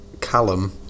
Callum